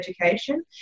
education